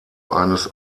eines